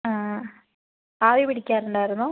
അതെ ആവി പിടിക്കാറുണ്ടായിരുന്നോ